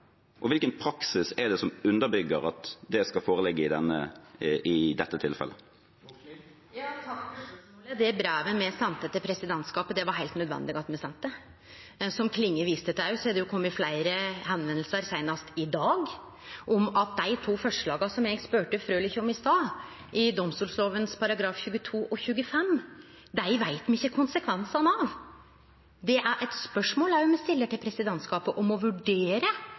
Og hvilken praksis er det som underbygger at det skal foreligge i dette tilfellet? Takk for spørsmålet. Det brevet me sende til presidentskapet, var det heilt nødvendig at me sende. Som òg Klinge viste til, er det fleire som har teke kontakt – seinast i dag – om at dei to forslaga eg spurde Frølich om i stad, til domstollova §§ 22 og 25, dei veit me ikkje konsekvensane av. Det er eit spørsmål me òg stiller til presidentskapet, om dei kan vurdere